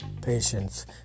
patients